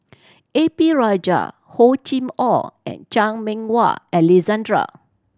A P Rajah Hor Chim Or and Chan Meng Wah Alexander